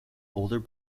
older